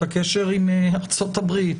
הקשר עם ארצות הברית,